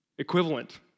Equivalent